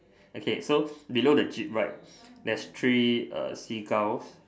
okay so below the jeep right there's three uh Seagulls